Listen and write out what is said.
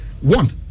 One